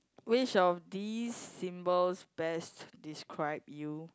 which of these symbols best describe you